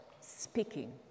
speaking